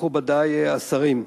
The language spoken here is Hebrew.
מכובדי השרים,